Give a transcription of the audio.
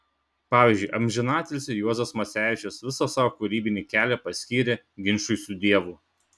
pavyzdžiui amžinatilsį juozas macevičius visą savo kūrybinį kelią paskyrė ginčui su dievu